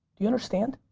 do you understand?